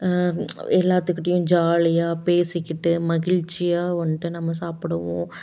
எல்லாத்துக்கிட்டேயும் ஜாலியாக பேசிக்கிட்டு மகிழ்ச்சியாக வந்துட்டு நம்ம சாப்பிடுவோம்